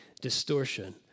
distortion